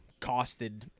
costed